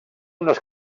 unes